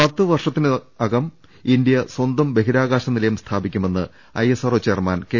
പത്തു വർഷത്തിനകം ഇന്ത്യ സ്വന്തം ബഹിരാകാശ നിലയം സ്ഥാപിക്കുമെന്ന് ഐഎസ്ആർഒ ചെയർമാൻ കെ